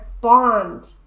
bond